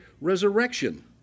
resurrection